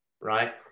right